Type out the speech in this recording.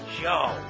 Show